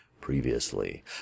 previously